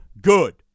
good